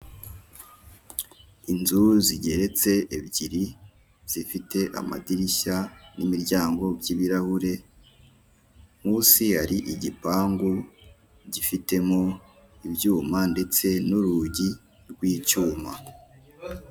Inyubako ifite ibara ry'umweru ifite n'amadirishya y'umukara arimo utwuma, harimo amarido afite ibara ry'ubururu ndetse n'udutebe, ndetse hari n'akagare kicaramo abageze mu za bukuru ndetse n'abamugaye, harimo n'ifoto imanitsemo muri iyo nyubako.